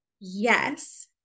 Yes